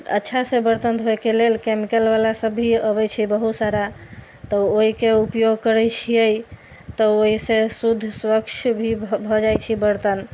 अच्छासँ बर्तन धोइके लेल केमिकलवला सब भी अबै छै बहुत सारा तऽ ओइके उपयोग करै छियै तऽ ओइसँ शुद्ध स्वच्छ भी भऽ जाइ छै बर्तन